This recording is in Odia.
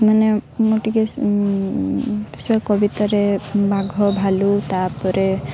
ମାନେ ମୁଁ ଟିକେ ସେ କବିତରେ ବାଘ ଭାଲୁ ତା'ପରେ